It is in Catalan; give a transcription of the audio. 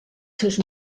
seus